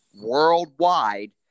worldwide